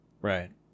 right